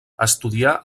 estudià